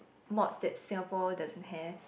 mops that Singapore doesn't have